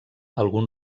algun